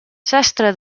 sastre